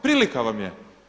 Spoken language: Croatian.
Prilika vam je.